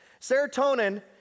Serotonin